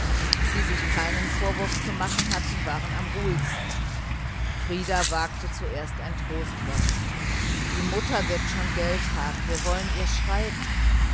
die sich keinen vorwurf zu machen hatten waren am ruhigsten frieder wagte zuerst ein trostwort die mutter wird schon geld haben wir wollen ihr schreiben